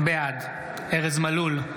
בעד ארז מלול,